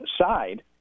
side